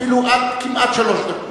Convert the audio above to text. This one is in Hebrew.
אפילו עד כמעט שלוש דקות.